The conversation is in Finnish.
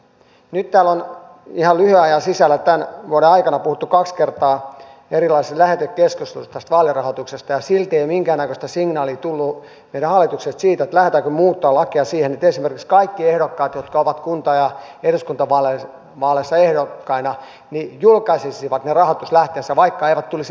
nyt täällä on ihan lyhyen ajan sisällä tämän vuoden aikana puhuttu kaksi kertaa erilaisissa lähetekeskusteluissa vaalirahoituksesta ja silti ei minkäännäköistä signaalia ole tullut meidän hallitukselta siitä lähdetäänkö muuttamaan lakia siihen että esimerkiksi kaikki ehdokkaat jotka ovat kunta tai eduskuntavaaleissa ehdokkaina julkaisisivat ne rahoituslähteensä vaikka eivät tulisi valituiksi